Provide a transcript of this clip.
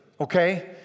okay